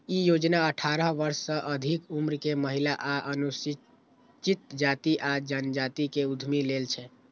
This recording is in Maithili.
ई योजना अठारह वर्ष सं अधिक उम्र के महिला आ अनुसूचित जाति आ जनजाति के उद्यमी लेल छै